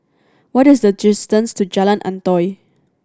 what is the distance to Jalan Antoi